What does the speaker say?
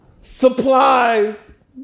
Supplies